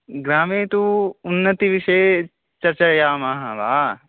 ग्रामे तु उन्नतिविषये चर्चयामः वा